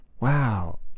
Wow